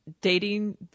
dating